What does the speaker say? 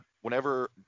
whenever